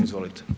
Izvolite.